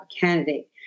candidate